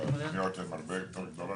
הרבה יותר פניות.